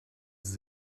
sie